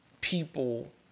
people